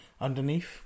underneath